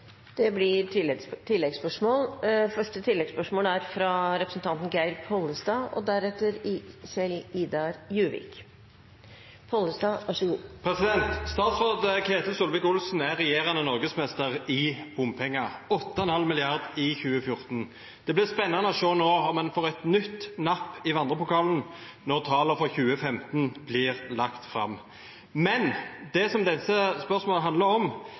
Det blir oppfølgingsspørsmål – først Geir Pollestad. Statsråd Ketil Solvik-Olsen er regjerende norgesmester i bompenger – 8,5 mrd. kr i 2014. Det blir spennende å se om en får et nytt napp i vandrepokalen når tallene for 2015 blir lagt fram. Men det som disse spørsmålene handler om,